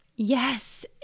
Yes